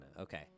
Okay